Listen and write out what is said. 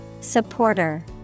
Supporter